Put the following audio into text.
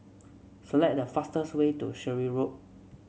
select the fastest way to Surrey Road